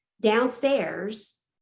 downstairs